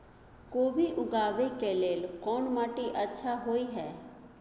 कोबी उगाबै के लेल कोन माटी अच्छा होय है?